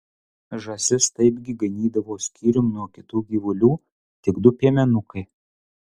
žąsis taipgi ganydavo skyrium nuo kitų gyvulių tik du piemenukai